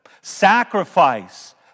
Sacrifice